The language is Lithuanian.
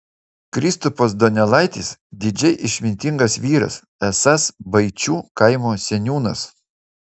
kristupas donelaitis didžiai išmintingas vyras esąs baičių kaimo seniūnas